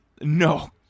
No